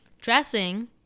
Dressing